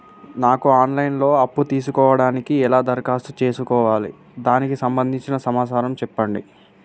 నాకు online లో అప్పు తీసుకోవడానికి ఎలా దరఖాస్తు చేసుకోవాలి దానికి సంబంధించిన సమాచారం చెప్పండి?